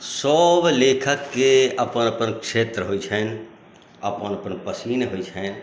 सभ लेखकके अपन अपन क्षेत्र होइत छैन्ह अपन अपन पसीन होइत छैन्ह